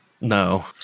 No